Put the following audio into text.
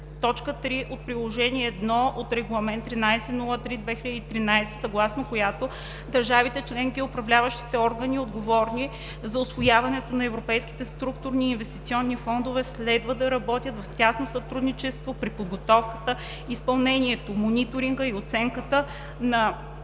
- т. 3 от Приложение 1 от Регламент 1303/2013, съгласно която държавите членки и управляващите органи, отговорни за усвояването на европейските структурни и инвестиционни фондове, следва да работят в тясно сътрудничество при подготовката, изпълнението, мониторинга и оценката на